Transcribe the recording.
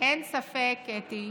אין ספק, קטי,